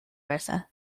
versa